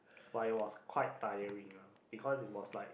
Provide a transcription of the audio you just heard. but it was quite tiring lah because it was like